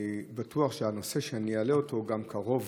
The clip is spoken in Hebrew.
אני בטוח שהנושא שאני אעלה גם קרוב